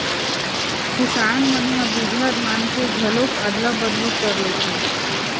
किसान मन ह बिजहा धान के घलोक अदला बदली कर लेथे